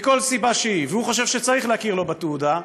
מכל סיבה שהיא, והוא חושב שצריך להכיר לו בתעודה,